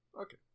Okay